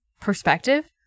perspective